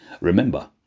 Remember